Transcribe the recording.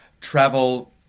travel